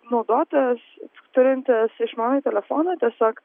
naudotojas turintis išmanųjį telefoną tiesiog